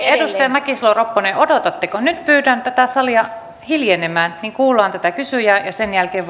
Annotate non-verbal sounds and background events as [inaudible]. mäkisalo ropponen odotatteko nyt pyydän tätä salia hiljenemään niin kuullaan tätä kysyjää ja sen jälkeen [unintelligible]